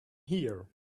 here